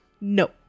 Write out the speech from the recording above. No